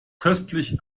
köstlich